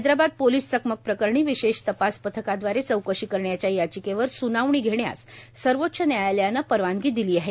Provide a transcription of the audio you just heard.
Hyderabad police चकमक प्रकरणी विशेष तपास पथकादवारे चौकशी करण्याच्या याचिकेवर स्नावणी घेण्यास सर्वोच्च न्यायालयानं परवानगी दिली आहे